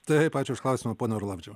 taip ačiū už klausimą pone orlavičiau